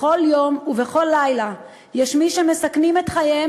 בכל יום ובכל לילה יש מי שמסכנים את חייהם